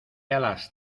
alas